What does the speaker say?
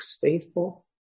Faithful